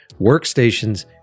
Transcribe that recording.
workstations